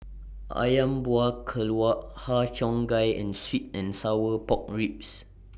Ayam Buah Keluak Har Cheong Gai and Sweet and Sour Pork Ribs